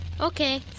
Okay